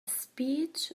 speech